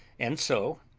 and so,